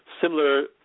similar